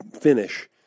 finish